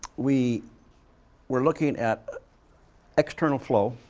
we were looking at external flow,